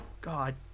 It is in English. god